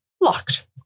locked